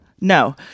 no